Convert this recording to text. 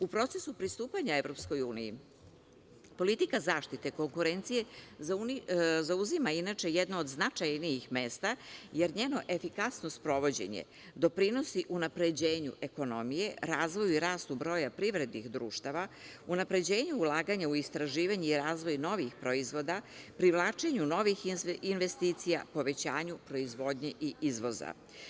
U procesu pristupanja EU, politika zaštite konkurencije zauzima inače jedno od značajnijih mesta, jer njeno efikasno sprovođenje doprinosi unapređenju ekonomije, razvoju i rastu broja privrednih društava, unapređenju ulaganja u istraživanje i razvoj novih proizvoda, privlačenju novih investicija, povećanju proizvodnje i izvoza.